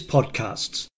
Podcasts